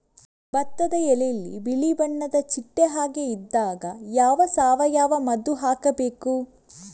ಭತ್ತದ ಎಲೆಯಲ್ಲಿ ಬಿಳಿ ಬಣ್ಣದ ಚಿಟ್ಟೆ ಹಾಗೆ ಇದ್ದಾಗ ಯಾವ ಸಾವಯವ ಮದ್ದು ಹಾಕಬೇಕು?